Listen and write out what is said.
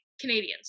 Canadians